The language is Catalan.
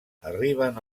arriben